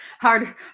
Hard